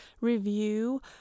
review